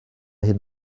hyn